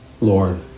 Lord